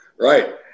right